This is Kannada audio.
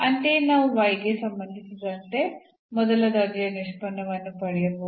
ಅಂತೆಯೇ ನಾವು y ಗೆ ಸಂಬಂಧಿಸಿದಂತೆ ಮೊದಲ ದರ್ಜೆಯ ನಿಷ್ಪನ್ನವನ್ನು ಪಡೆಯಬಹುದು